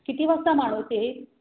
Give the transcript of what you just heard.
किती वाजता माळवते ही